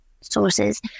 sources